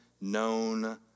known